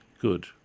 Good